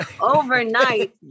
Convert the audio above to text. overnight